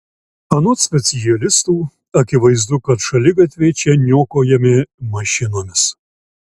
anot specialistų akivaizdu kad šaligatviai čia niokojami mašinomis